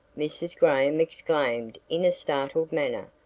mrs. graham exclaimed in a startled manner,